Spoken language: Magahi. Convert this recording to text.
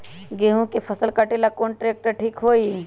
गेहूं के फसल कटेला कौन ट्रैक्टर ठीक होई?